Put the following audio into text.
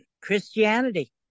Christianity